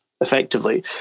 effectively